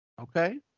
Okay